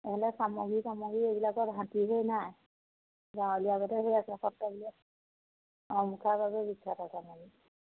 চামগুৰি তামগুৰি এইফালে হাতীবোৰ নাই বা আছে সত্ৰ অঁ মুখাৰ বাবে বিখ্যাত